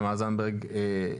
תמר זנדברג,